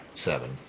seven